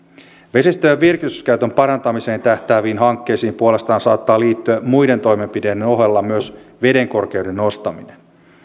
vesistöjen virkistyskäytön parantamiseen tähtääviin hankkeisiin puolestaan saattaa liittyä muiden toimenpiteiden ohella myös vedenkorkeuden nostaminen